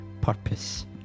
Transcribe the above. purpose